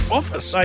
office